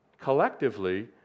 collectively